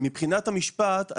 מבחינת המשפט,